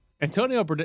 Antonio